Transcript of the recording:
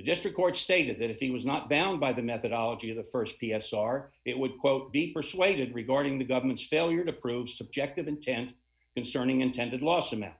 the district court say that if he was not bound by the methodology of the st p s r it would quote be persuaded regarding the government's failure to prove subjective intent concerning intended lost amid